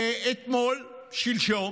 ושלשום